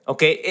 Okay